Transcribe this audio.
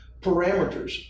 parameters